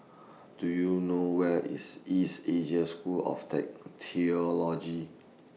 Do YOU know Where IS East Asia School of Theology